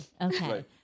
okay